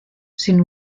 sin